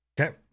Okay